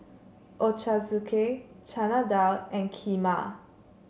Ochazuke Chana Dal and Kheema